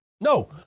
No